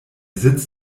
sitz